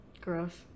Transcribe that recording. Gross